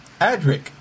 Adric